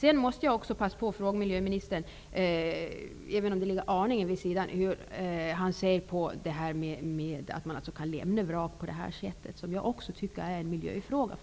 Sedan måste jag passa på att fråga miljöministern, även om det ligger aningen vid sidan, hur han ser på att man kan lämna ett vrak på det sätt som skett. Jag tycker faktiskt att det också är en miljöfråga.